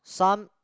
some